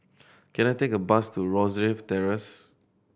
can I take a bus to Rosyth Terrace